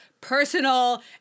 personal